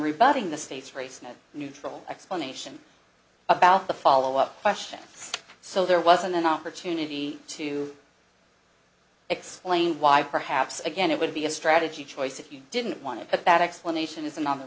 rebutting the state's race in a neutral explanation about the follow up question so there wasn't an opportunity to explain why perhaps again it would be a strategy choice if you didn't want it but that explanation isn't on the